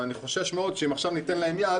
ואני חושש מאוד שאם עכשיו ניתן להם יד